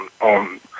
on